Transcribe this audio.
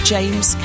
James